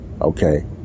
okay